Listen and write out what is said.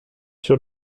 sur